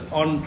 on